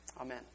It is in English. Amen